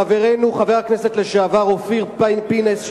לחברנו חבר הכנסת לשעבר אופיר פינס,